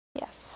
Yes